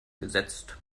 gesetzt